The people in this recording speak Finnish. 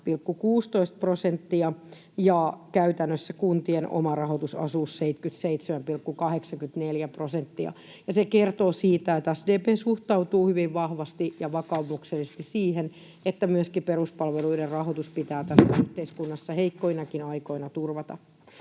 käytännössä 77,84 prosenttia. Se kertoo siitä, että SDP suhtautuu hyvin vahvasti ja vakaumuksellisesti siihen, että myöskin peruspalveluiden rahoitus pitää tässä yhteiskunnassa heikkoinakin aikoina turvata.